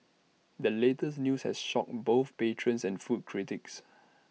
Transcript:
the latest news has shocked both patrons and food critics